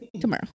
tomorrow